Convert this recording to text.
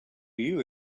you